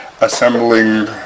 assembling